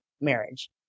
marriage